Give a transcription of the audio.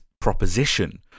proposition